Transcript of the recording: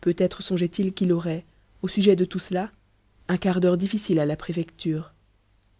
peut-être songeait-il qu'il aurait au sujet de tout cela un quart d'heure difficile à la préfecture